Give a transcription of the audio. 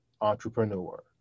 entrepreneur